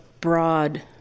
broad